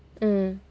mm